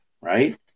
Right